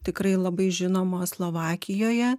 tikrai labai žinoma slovakijoje